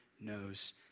knows